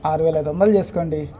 ఆరు వేల ఐదు వందలు చేసుకోండి